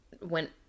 went